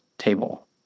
Table